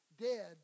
Dead